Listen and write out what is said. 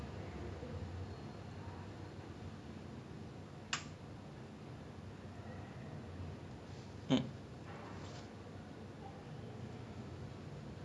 ya like a lot of the younger drinkers they think this is just like for fun including me ah at that point in time so I was like what drink responsibly I drink whenever I want to drink lah அப்டினு நா வந்து எதோ பெரிய ஆள் மாரி போய் குடிக்க ஆரம்பிச்சிட்ட:apdinu naa vanthu etho periya aal maari poyi kudikka aarambichittaa